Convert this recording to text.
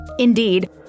Indeed